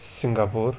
Singapore